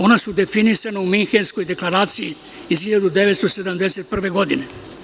Ona su definisana u Minhenskoj deklaraciji iz 1971. godine.